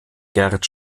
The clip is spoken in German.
gert